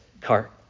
cart